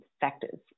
factors